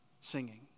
singing